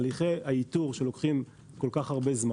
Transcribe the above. הליכי האיתור שלוקחים כל כך הרבה זמן